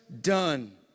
done